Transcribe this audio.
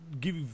give